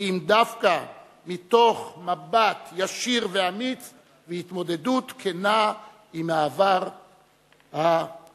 כי אם דווקא מתוך מבט ישיר ואמיץ והתמודדות כנה עם העבר החמור.